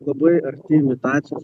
labai arti imitacijos